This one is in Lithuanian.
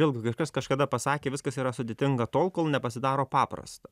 vėlgi kažkas kažkada pasakė viskas yra sudėtinga tol kol nepasidaro paprasta